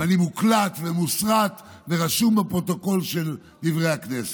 ואני מוקלט ומוסרט ורשום בפרוטוקול של דברי הכנסת: